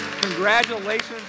Congratulations